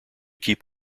keep